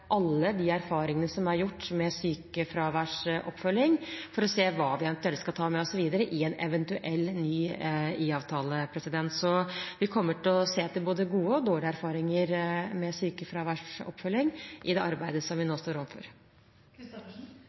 alle de erfaringene som er gjort med sykefraværsoppfølging, for å se hva vi eventuelt skal ta med oss videre i en eventuell ny IA-avtale. Så vi kommer til å se etter både gode og dårlige erfaringer med sykefraværsoppfølgingen i det arbeidet vi nå står overfor.